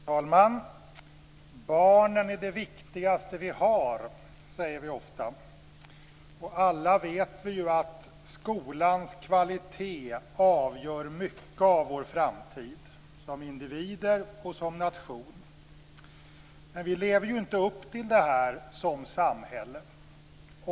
Fru talman! Barnen är det viktigaste vi har, säger vi ofta. Alla vet vi att skolan kvalitet avgör mycket av vår framtid som individer och som nation. Men vi lever inte upp till det som samhälle.